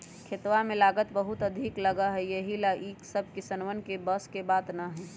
खेतवा में लागत बहुत अधिक लगा हई यही ला ई सब किसनवन के बस के बात ना हई